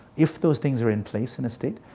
if those things are in place in a state,